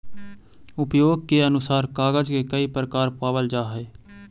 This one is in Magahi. उपयोग के अनुसार कागज के कई प्रकार पावल जा हई